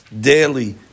Daily